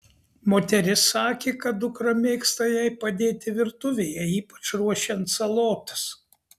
moteris sakė kad dukra mėgsta jai padėti virtuvėje ypač ruošiant salotas